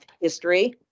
history